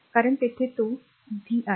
कारण येथे तो r v आहे